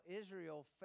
Israel